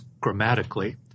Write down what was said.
grammatically